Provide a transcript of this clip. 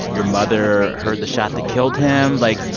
your mother heard the shot that killed him. like,